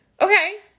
Okay